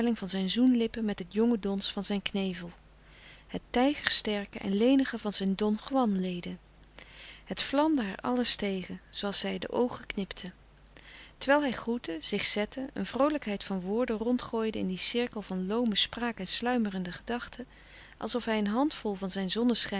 zijn zoenlippen met het jonge dons van zijn knevel het tijgersterke en lenige van zijn don juanleden het vlamde haar alles tegen zoodat zij de oogen knipte terwijl hij groette zich zette een vroolijkheid van woorden rondgooide in dien cirkel vol loome spraak en sluimerende gedachten alsof hij een handvol van zijn zonneschijn